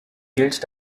gilt